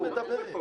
דיבור.